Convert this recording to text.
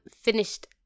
finished